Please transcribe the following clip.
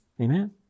Amen